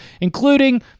including